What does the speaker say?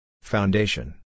Foundation